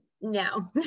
no